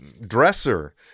dresser